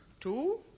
Two